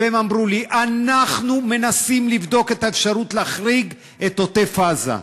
והן אמרו לי: אנחנו מנסים לבדוק את האפשרות להחריג את עוטף-עזה.